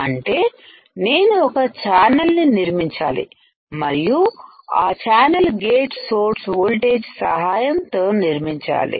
అంటే నేను ఒక ఛానల్ ను నిర్మించాలి మరియు ఆ చానల్ గేటు సోర్స్ ఓల్టేజ్ సహాయంతో నిర్మించాలి